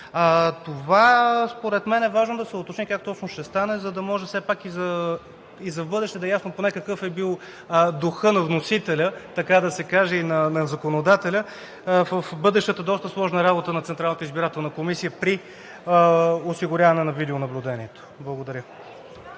Това според мен е важно да се уточни как точно ще стане, за да може все пак и в бъдеще да е ясно поне какъв е бил духът на вносителя, така да се каже, и на законодателя в бъдещата доста сложна работа на Централната избирателна комисия при осигуряване на видеонаблюдението. Благодаря.